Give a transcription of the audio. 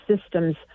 systems